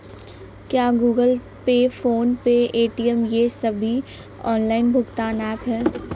क्या Google Pay PhonePe Paytm ये सभी ऑनलाइन भुगतान ऐप हैं?